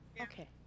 Okay